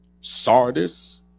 Sardis